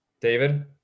David